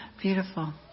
Beautiful